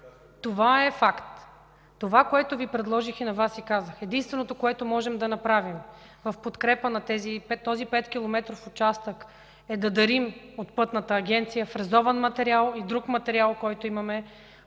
ПАВЛОВА: Това, което Ви предложих и на Вас Ви казах, единственото, което можем да направим в подкрепа на този петкилометров участък, е да дарим от Пътната агенция фрезован материал и друг материал, който имаме